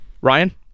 Ryan